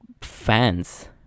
fans